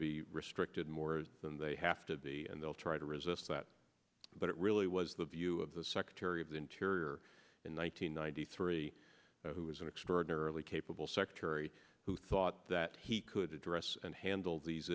be restricted more than they have to be and they'll try to resist that but it really was the view of the secretary of the interior in one thousand nine hundred three who is an extraordinarily capable secretary who thought that he could address and handle these